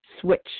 switch